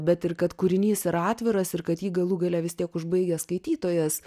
bet ir kad kūrinys yra atviras ir kad jį galų gale vis tiek užbaigia skaitytojas